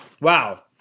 wow